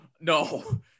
no